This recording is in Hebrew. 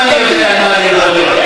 גם אני יודע על מה אני מדבר,